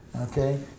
okay